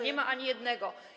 Nie ma ani jednego.